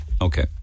okay